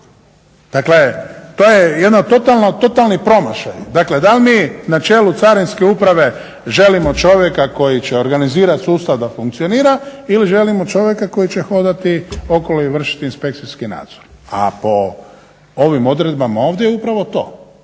Dakle, to je jedan totalni promašaj. Dakle, da li mi na čelu Carinske uprave želimo čovjeka koji će organizirati sustav da funkcionira ili želimo čovjeka koji će hodati okolo i vršiti inspekcijski nadzor? A po ovim odredbama ovdje je upravo to.